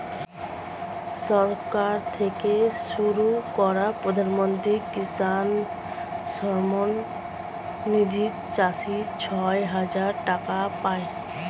সরকার থেকে শুরু করা প্রধানমন্ত্রী কিষান সম্মান নিধি থেকে চাষীরা ছয় হাজার টাকা পায়